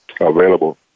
available